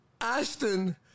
Ashton